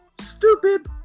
Stupid